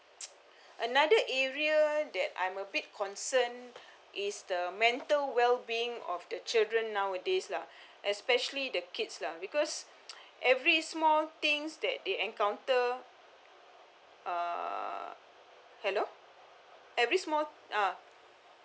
another area that I'm a bit concerned is the mental well being of the children nowadays lah especially the kids lah because every small things that they encounter uh hello every small uh